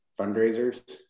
fundraisers